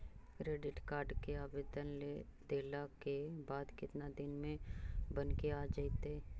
Credit card के आवेदन दे देला के बाद केतना दिन में बनके आ जइतै?